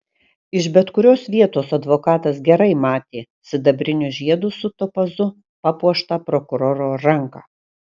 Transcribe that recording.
iš bet kurios vietos advokatas gerai matė sidabriniu žiedu su topazu papuoštą prokuroro ranką